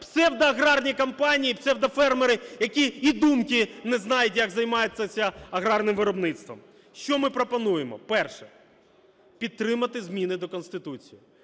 псевдоаграрні компанії, псевдофермери, які і думки не знають, як займатися аграрним виробництвом. Що ми пропонуємо. Перше: підтримати зміни до Конституції.